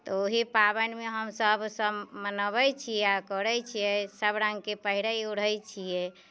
तऽ ओहि पाबनि मे हमसब सब मनबै छियै आ करै छियै सब रंग के पहिरै ओढ़ै छियै